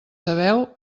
sabeu